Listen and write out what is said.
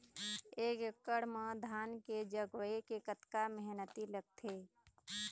एक एकड़ म धान के जगोए के कतका मेहनती लगथे?